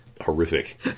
Horrific